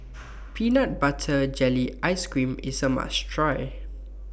Peanut Butter Jelly Ice Cream IS A must Try